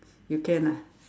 you can ah